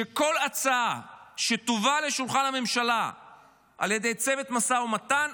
שכל הצעה שתובא לשולחן הממשלה על ידי צוות המשא ומתן,